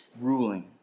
ruling